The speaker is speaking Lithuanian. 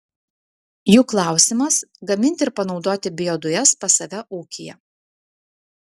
jų klausimas gaminti ir panaudoti biodujas pas save ūkyje